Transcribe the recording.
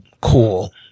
Cool